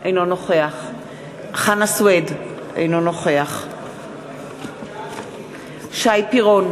אינו נוכח חנא סוייד, אינו נוכח שי פירון,